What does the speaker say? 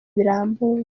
birambuye